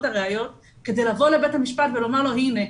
הראיות כדי לבוא לבית המשפט ולומר לו 'הנה,